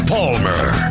Palmer